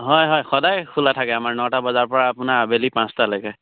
হয় হয় সদায় খোলা থাকে আমাৰ নটা বজাৰ পৰা আপোনাৰ আবেলি পাঁচটালৈকে